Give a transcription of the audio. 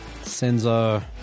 Senzo